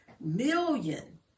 million